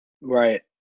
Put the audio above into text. Right